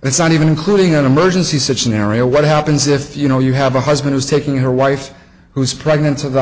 that's not even including an emergency such an area what happens if you know you have a husband who's taking your wife who's pregnant to the